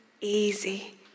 Easy